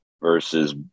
versus